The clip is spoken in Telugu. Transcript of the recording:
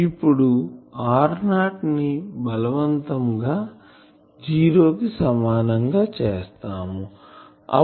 అప్పుడు మనం r0 ని బలవతం గా జీరో కి సమానం చేస్తాము